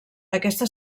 aquesta